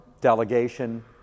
delegation